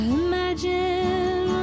imagine